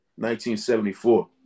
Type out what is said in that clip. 1974